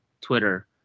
Twitter